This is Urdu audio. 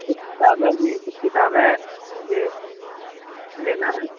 کچھ کتابیں بھی کچھ کتابیں مجھے لینا ہے